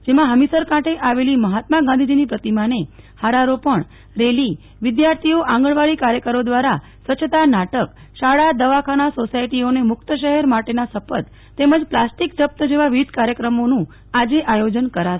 જેમાં હમીરસર કાંઠે આવેલી મહાત્મા ગાંધીજી ની પ્રતિમા ને હારારોપણ રેલી વિધાર્થીઓ આંગણવાડી કાર્યકરો દ્વારા સ્વચ્છતા નાટકશાળાદવાખાનાસોસાયટી ઓને મુક્ત શહેર માટેના શપથ તેમજ પ્લાસ્ટિક જપ્ત જેવા વિવિધ કાર્યક્રમોનું આવતીકાલે આયોજન કરાશે